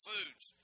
Foods